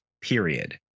period